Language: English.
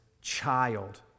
child